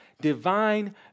divine